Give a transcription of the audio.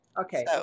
Okay